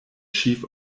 chief